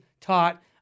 taught